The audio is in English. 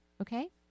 Okay